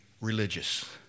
religious